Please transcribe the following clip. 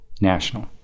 national